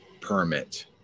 permit